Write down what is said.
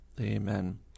Amen